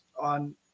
on –